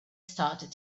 started